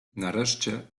nareszcie